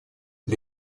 для